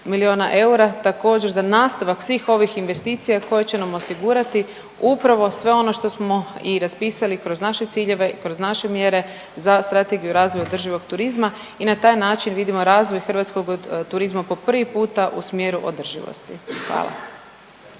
milijuna eura, također, za nastavak svih ovih investicija koje će nam osigurati upravo sve ono što smo i raspisali kroz naše ciljeve, kroz naše mjere za Strategiju razvoja održivog turizma i na taj način vidimo razvoj hrvatskog turizma po prvi puta u smjeru održivosti. Hvala.